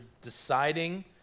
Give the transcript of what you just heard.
deciding